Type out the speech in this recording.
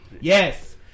Yes